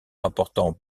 rapportant